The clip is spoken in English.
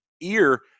ear